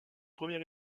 premier